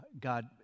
God